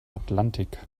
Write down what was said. atlantik